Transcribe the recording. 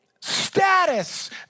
status